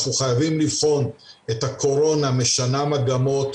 אנחנו חייבים לבחון את הקורונה משנה מגמות,